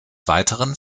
weiteren